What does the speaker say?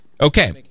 Okay